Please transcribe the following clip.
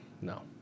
No